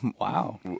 wow